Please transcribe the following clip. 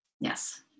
yes